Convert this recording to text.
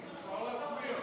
צריך.